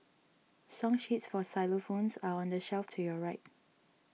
song sheets for xylophones are on the shelf to your right